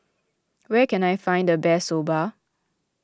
where can I find the best Soba